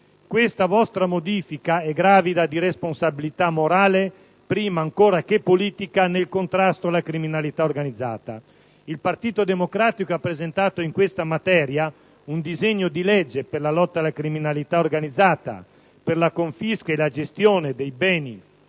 Questa vostra modifica è gravida di responsabilità morale, prima ancora che politica, nel contrasto alla criminalità organizzata. Il Partito Democratico ha presentato in materia un disegno di legge per la lotta alla criminalità organizzata e la confisca e la gestione dei beni